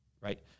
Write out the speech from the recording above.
right